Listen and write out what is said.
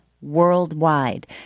Worldwide